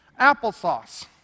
applesauce